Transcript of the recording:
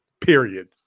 period